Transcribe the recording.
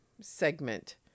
segment